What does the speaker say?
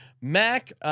Mac